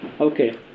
Okay